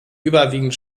überwiegend